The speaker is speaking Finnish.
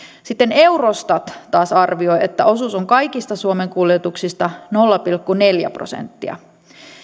sitten eurostat taas arvioi että osuus on kaikista suomen kuljetuksista nolla pilkku neljä prosenttia